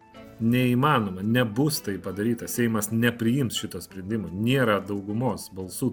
neįmanoma nebus tai padaryta seimas nepriims šito sprendimo nėra daugumos balsų